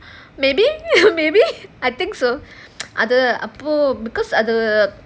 maybe maybe I think so அது அப்போ:adhu appo because other